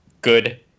good